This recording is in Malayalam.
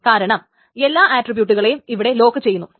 കാരണം എല്ലാ ആട്രിബ്യൂട്ടുകളെയും ഇവിടെ ലോക്ക് ചെയ്യുന്നു